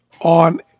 on